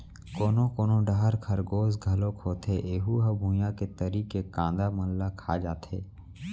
कोनो कोनो डहर खरगोस घलोक होथे ऐहूँ ह भुइंया के तरी के कांदा मन ल खा जाथे